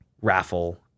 raffle